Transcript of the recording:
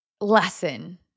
lesson